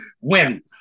win